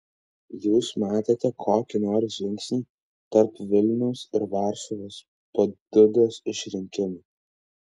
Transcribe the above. jūs matėte kokį nors žingsnį tarp vilniaus ir varšuvos po dudos išrinkimo